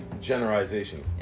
Generalization